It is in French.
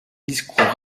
discours